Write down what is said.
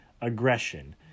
aggression